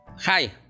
Hi